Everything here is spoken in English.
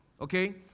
Okay